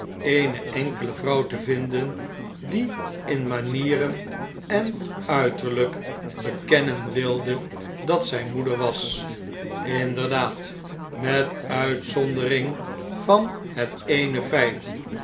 eene enkele vrouw te vinden die in manieren en uiterlijk bekennen wilde dat zjj moeder was inderdaad met uitzondering van het eene feit